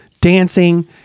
dancing